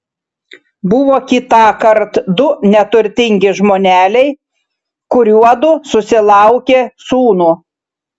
buvo kitąkart du neturtingi žmoneliai kuriuodu susilaukė sūnų